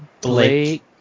Blake